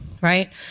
right